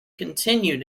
continued